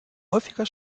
häufiger